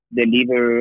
deliver